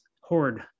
Horde